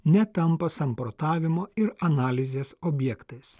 netampa samprotavimo ir analizės objektais